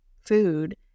food